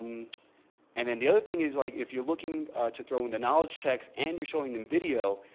and then the other thing is, like if you're looking to throw in the knowledge checks and you're showing them video,